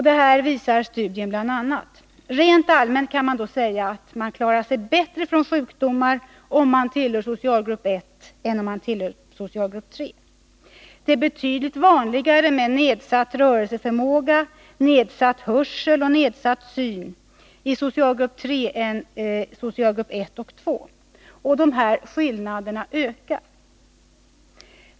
Det här visar studien bl.a.: Rent allmänt kan det sägas att man klarar sig bättre från sjukdomar om man tillhör socialgrupp 1 än om man tillhör socialgrupp 3. Det är betydligt vanligare med nedsatt rörelseförmåga, nedsatt hörsel och nedsatt syn i socialgrupp 3 än i socialgrupp 1 och 2. Och dessa skillnader ökar.